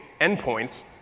endpoints